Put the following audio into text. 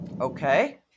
Okay